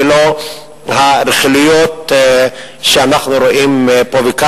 ולא הרכילויות שאנחנו רואים פה ושם.